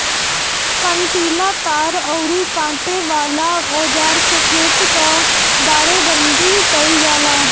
कंटीला तार अउरी काटे वाला औज़ार से खेत कअ बाड़ेबंदी कइल जाला